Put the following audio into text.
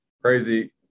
crazy